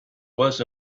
was